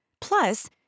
Plus